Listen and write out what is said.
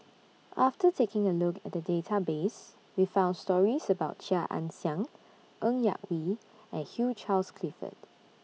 after taking A Look At The Database We found stories about Chia Ann Siang Ng Yak Whee and Hugh Charles Clifford